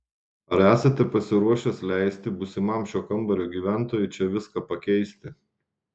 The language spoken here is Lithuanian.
ar esate pasiruošęs leisti būsimam šio kambario gyventojui čia viską pakeisti